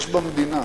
יש במדינה?